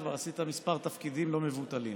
כבר עשית כמה תפקידים לא מבוטלים.